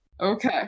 Okay